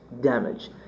damage